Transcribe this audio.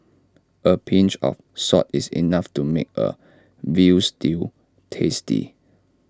A pinch of salt is enough to make A Veal Stew tasty